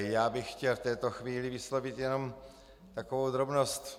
Já bych chtěl v této chvíli vyslovit jenom takovou drobnost.